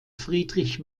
friedrich